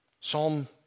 Psalm